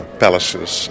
palaces